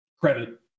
credit